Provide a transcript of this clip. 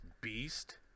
beast